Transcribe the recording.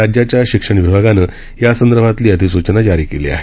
राज्याच्या शिक्षण विभागानं या संदर्भातली अधिसूचना जारी केली आहे